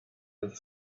and